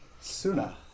Suna